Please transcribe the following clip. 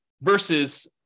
versus